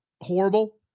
horrible